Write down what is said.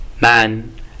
man